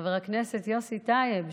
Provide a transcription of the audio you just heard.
חבר הכנסת לשעבר יוסי טייב,